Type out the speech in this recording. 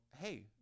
hey